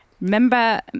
Remember